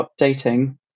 updating